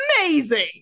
amazing